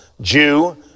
jew